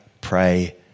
pray